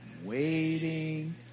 waiting